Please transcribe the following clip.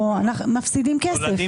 ילדים.